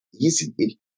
Easy